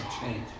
change